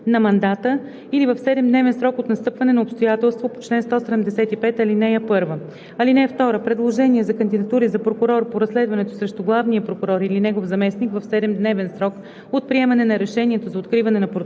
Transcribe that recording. на мандата или в 7-дневен срок от настъпване на обстоятелство по чл. 175, ал. 1. (2) Предложения за кандидатури за прокурор по разследването срещу главния прокурор или негов заместник в 7 дневен срок от приемане на решението за откриване на процедурата